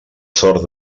sort